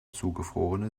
zugefrorene